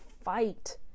fight